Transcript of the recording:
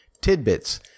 Tidbits